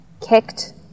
kicked